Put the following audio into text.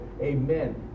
amen